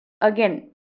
Again